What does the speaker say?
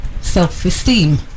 self-esteem